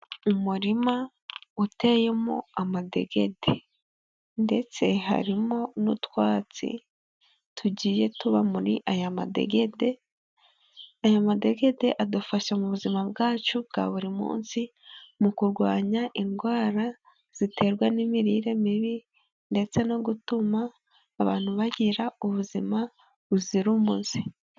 Umurima uteyemo amadegede ndetse harimo n'utwatsi tugiye tuba muri aya madegede, ayo madegede adufasha mu buzima bwacu bwa buri munsi mu kurwanya indwara ziterwa n'imirire mibi ndetse no gutuma abantu bagira ubuzima buzira umuze.